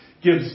gives